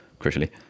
crucially